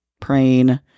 praying